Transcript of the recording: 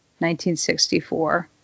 1964